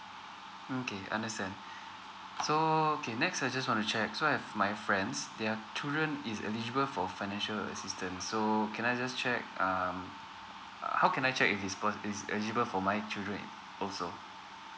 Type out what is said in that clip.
okay understand so okay next I just want to check so I have my friends they have children who is eligible for financial assistance so can I just check um how can I check if this for if this is eligible for my children also